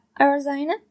Arizona